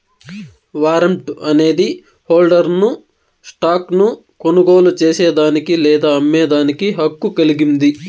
warrant అనేది హోల్డర్ను stock ను కొనుగోలు చేసేదానికి లేదా అమ్మేదానికి హక్కు కలిగింది